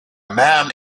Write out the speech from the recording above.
man